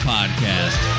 Podcast